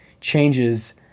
changes